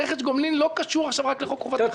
אבל רכש גומלין לא קשור עכשיו רק לחוק חובת מכרזים.